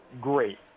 great